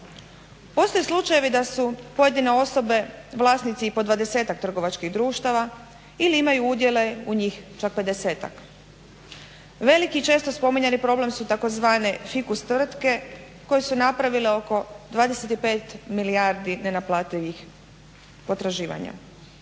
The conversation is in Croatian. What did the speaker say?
Postoje slučajevi da su pojedine osobe vlasnici i po 20-tak trgovačkih društava ili imaju udjele u njih čak 50-tak. Veliki i često spominjani problem su tzv. fikus tvrtke koje su napravile oko 25 milijardi nenaplativih potraživanja.